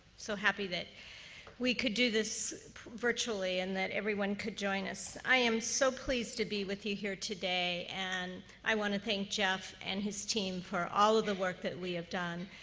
so happy that we could do this virtually, and that everyone could join us. i am so pleased to be with you here today, and i want to thank jeff and his team for all of the work that we have done,